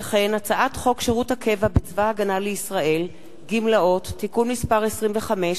הצעת חוק שירות הקבע בצבא-הגנה לישראל (גמלאות) (תיקון מס' 25),